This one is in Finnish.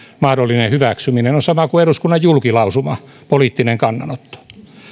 mahdollinen hyväksyminen on sama kuin eduskunnan julkilausuma poliittinen kannanotto